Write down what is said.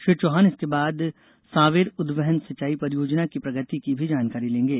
श्री चौहान इसके आद सांवेर उदवहन सिंचाई परियोजना की प्रगति की भी जानकारी लेंगे